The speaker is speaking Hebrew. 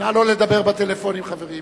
נא לא לדבר בטלפונים, חברים.